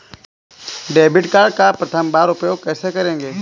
Debit card का प्रथम बार उपयोग कैसे करेंगे?